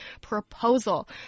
proposal